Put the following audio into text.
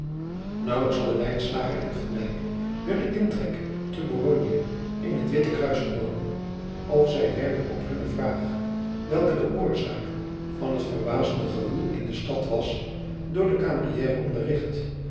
hadden lijnslager en van dijk hunnen intrek te bologne in het witte kruis genomen of zij werden op hunne vraag welke de oorzaak van adriaan loosjes pzn het leven van maurits lijnslager het verbazende gewoel in de stad was door den camieriere